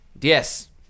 Yes